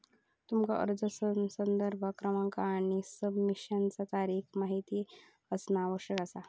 तुमका अर्ज संदर्भ क्रमांक आणि सबमिशनचा तारीख माहित असणा आवश्यक असा